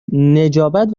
نجابت